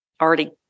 already